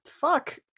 Fuck